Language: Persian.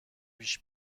پیش